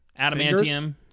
adamantium